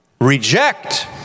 Reject